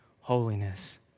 holiness